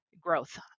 growth